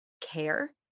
care